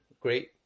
great